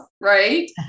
right